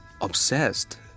obsessed